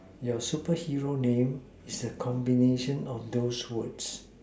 your superhero name is a combination of those words